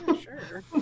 Sure